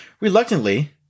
Reluctantly